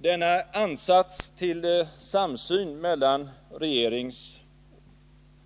Denna ansats till samsyn mellan regeringsoch